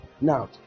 Now